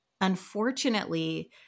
unfortunately